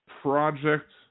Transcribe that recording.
Project